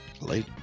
late